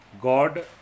God